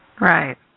Right